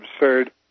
absurd